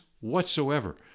whatsoever